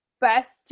best